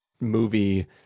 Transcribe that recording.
movie